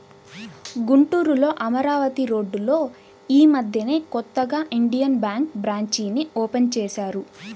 గుంటూరులో అమరావతి రోడ్డులో యీ మద్దెనే కొత్తగా ఇండియన్ బ్యేంకు బ్రాంచీని ఓపెన్ చేశారు